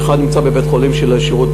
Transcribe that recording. ואחד נמצא בבית-חולים של השב"ס.